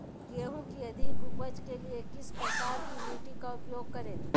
गेंहू की अधिक उपज के लिए किस प्रकार की मिट्टी का उपयोग करे?